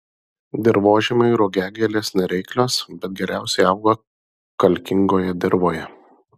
dirvožemiui rugiagėlės nereiklios bet geriausiai auga kalkingoje dirvoje